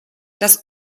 das